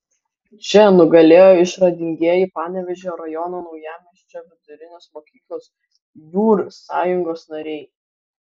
čia nugalėjo išradingieji panevėžio rajono naujamiesčio vidurinės mokyklos jūr sąjungos nariai